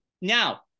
Now